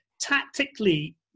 tactically